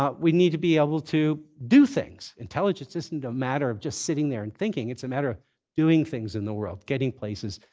um we need to be able to do things. intelligence isn't a matter of just sitting there and thinking. it's a matter of doing things in the world, getting places,